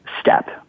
step